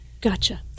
Gotcha